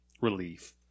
relief